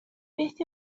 beth